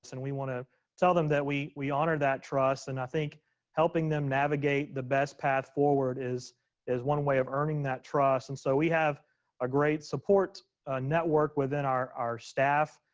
and we want to tell them that we we honor that trust and i think helping them navigate the best path forward is is one way of earning that trust. and so we have a great support network within our our staff,